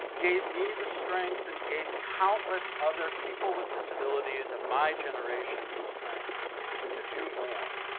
gave me the strength, and gave countless other people with disabilities of my generation the strength to do more,